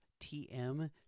TM